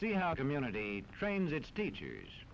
see how community trains its teachers